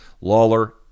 Lawler